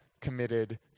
committed